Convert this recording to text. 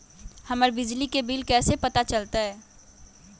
हमर बिजली के बिल कैसे पता चलतै?